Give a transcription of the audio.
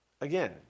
Again